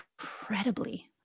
incredibly